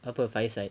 apa fire site